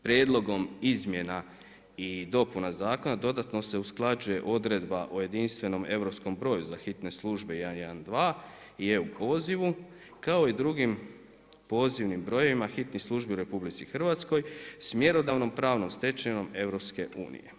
Prijedlogom izmjena i dopuna zakona dodatno se usklađuje odredba o jedinstvenom europskom broju za hitne službe 112 i EU pozivu kao i drugim pozivnim brojevima hitnih službi u RH s mjerodavnom pravnom stečevinom EU.